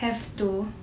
have to